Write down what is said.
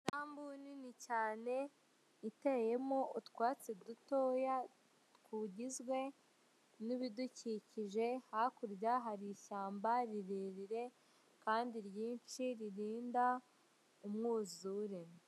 Isambu nini cyane iteyemo utwatsi dutoya tugizwe n'ibidukikije hakurya hari ishyamba rirerire kandi ryinshi ririnda umwuzure.